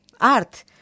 art